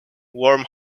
warm